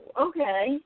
Okay